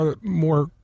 more